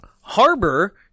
Harbor